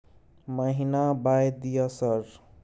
महीना बाय दिय सर?